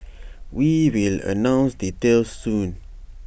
we will announce details soon